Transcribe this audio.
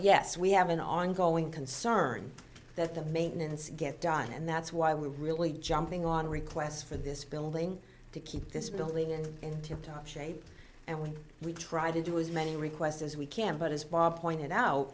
yes we have an ongoing concern that the maintenance get done and that's why we're really jumping on requests for this building to keep this building in tip top shape and when we try to do as many requests as we can but as bob pointed out